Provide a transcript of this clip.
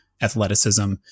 athleticism